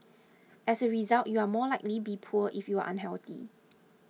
as a result you are more likely be poor if you are unhealthy